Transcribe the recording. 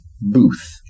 booth